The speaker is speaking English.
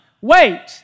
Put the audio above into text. wait